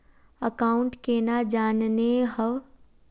Account केना जाननेहव?